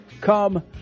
come